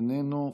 איננו,